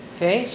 Okay